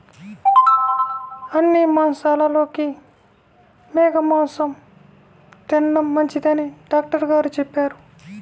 అన్ని మాంసాలలోకి మేక మాసం తిండం మంచిదని డాక్టర్ గారు చెప్పారు